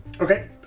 Okay